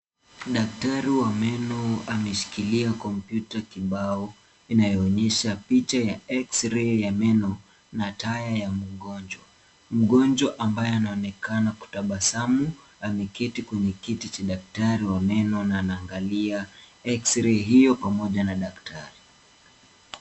Daktari wa meno ameshikilia kompyuta kibao inayoonyesha picha ya eksirei ya meno na taya ya mgonjwa. Mgonjwa ambaye anaonekana kutabasamu ameketi kwenye kiti cha daktari wa meno na anaangalia eksirei hiyo pamoja na daktari.